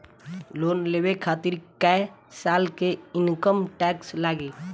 Loan लेवे खातिर कै साल के इनकम टैक्स लागी?